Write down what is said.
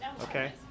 Okay